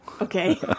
Okay